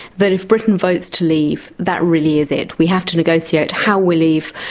that if britain votes to leave, that really is it. we have to negotiate how we leave,